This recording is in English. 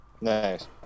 Nice